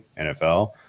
NFL